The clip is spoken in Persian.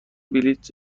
بلیط